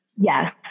Yes